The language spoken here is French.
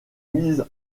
mise